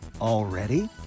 Already